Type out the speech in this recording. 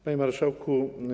Panie Marszałku!